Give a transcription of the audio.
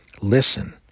Listen